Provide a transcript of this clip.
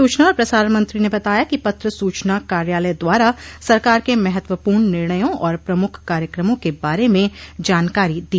सूचना और प्रसारण मंत्री ने बताया कि पत्र सूचना कार्यालय द्वारा सरकार के महत्वपूर्ण निर्णयों और प्रमुख कार्यक्रमों के बारे में जानकारी दी